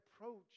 approach